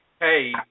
hey